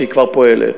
שכבר פועלת.